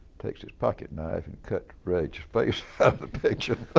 takes his pocket knife and cuts reg's face picture.